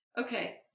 Okay